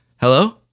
Hello